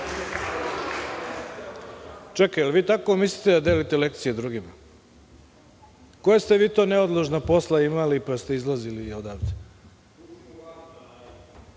Da li vi tako mislite da delite lekcije drugima? Koja ste vi to neodložna posla imali, pa ste izlazili